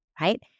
right